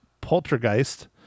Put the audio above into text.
poltergeist